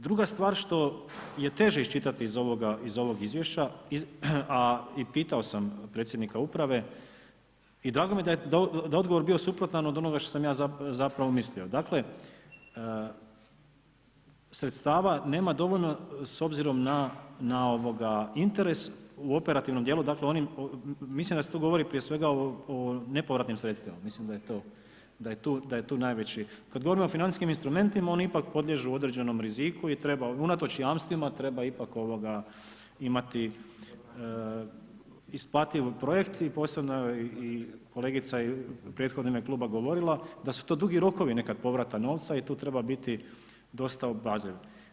Druga stvar što je teže iščitati iz ovog izvješća a i pitao sam predsjednika Uprave i drago mi je da je odgovor bio suprotan od onoga što sam ja zapravo mislio, dakle, sredstava nema dovoljno s obzirom na interes u operativnom dijelu, dakle, mislim da se tu govori prije svega o nepovratnim sredstvima, mislim da je tu najveći, kada govorimo o financijskim instrumentima, ono ipak podliježu određenom riziku i treba, unatoč jamstvima, treba ipak, imati, isparljiv projekt i posebno kolegica u prethodno ime kluba govorila, da su to dugi rokovi nekada povrata novca i tu treba biti dosta obazriv.